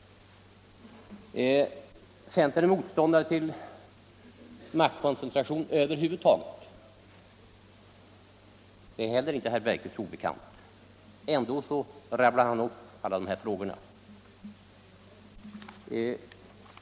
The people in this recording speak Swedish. Centern är motståndare till maktkoncentration över huvud taget. Det är inte heller herr Bergqvist obekant. Ändå rabblar han upp alla dessa frågor.